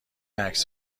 عکس